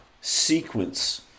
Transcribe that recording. sequence